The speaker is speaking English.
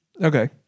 Okay